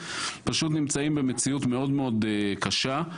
פשוט נמצאים במציאות מאוד מאוד קשה.